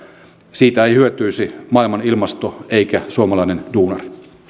siitä ei hyötyisi maailman ilmasto eikä suomalainen duunari